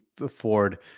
afford